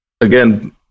again